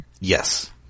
Yes